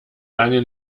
lange